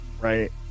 right